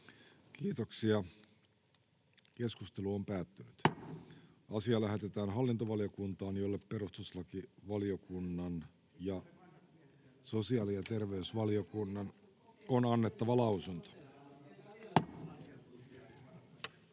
3. asia. Puhemiesneuvosto ehdottaa, että asia lähetetään hallintovaliokuntaan, jolle perustuslakivaliokunnan ja sosiaali- ja terveysvaliokunnan on annettava lausunto.